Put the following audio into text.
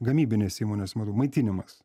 gamybinėse įmonėse matau maitinimas